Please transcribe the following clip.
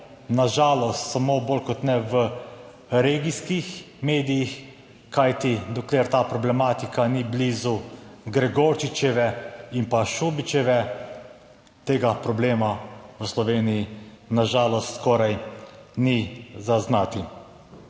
na žalost samo bolj kot ne v regijskih medijih, kajti dokler ta problematika ni blizu Gregorčičeve in pa Šubičeve, tega problema v Sloveniji na žalost skoraj ni zaznati.